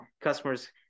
customers